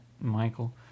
Michael